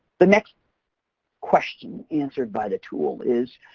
the next question answered by the tool is,